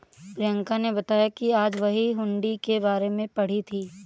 प्रियंका ने बताया कि आज वह हुंडी के बारे में पढ़ी थी